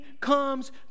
comes